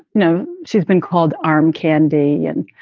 no, she's been called arm candy. and,